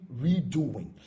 redoing